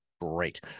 Great